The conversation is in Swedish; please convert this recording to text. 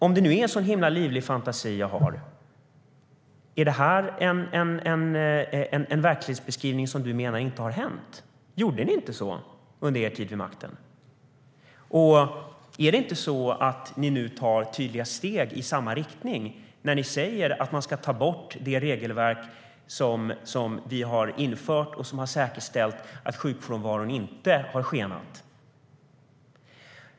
Om jag nu har sådan livlig fantasi, undrar jag om du menar att det inte har hänt? Gjorde ni inte så under er tid vid makten? Och tar ni inte tydliga steg i samma riktning nu när ni säger att man ska ta bort det regelverk som vi har infört och som har säkerställt att sjukfrånvaron inte har skenat?